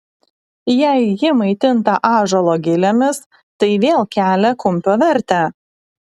jei ji maitinta ąžuolo gilėmis tai vėl kelia kumpio vertę